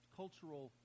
cultural